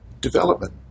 development